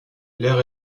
l’air